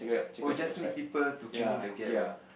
oh just need people to fill in the gap ah